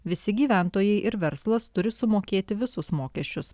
visi gyventojai ir verslas turi sumokėti visus mokesčius